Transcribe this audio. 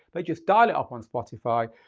but just dial it up on spotify.